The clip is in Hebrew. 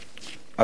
התוכנית